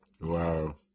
Wow